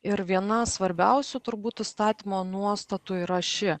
ir viena svarbiausių turbūt įstatymo nuostatų yra ši